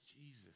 Jesus